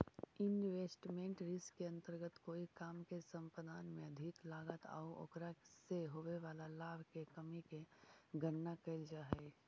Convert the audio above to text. investment risk के अंतर्गत कोई काम के संपादन में अधिक लागत आउ ओकरा से होवे वाला लाभ के कमी के गणना कैल जा हई